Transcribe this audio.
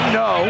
no